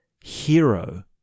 hero